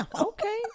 Okay